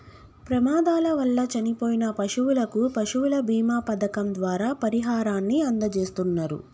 ప్రమాదాల వల్ల చనిపోయిన పశువులకు పశువుల బీమా పథకం ద్వారా పరిహారాన్ని అందజేస్తున్నరు